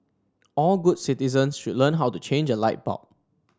all good citizens should learn how to change a light bulb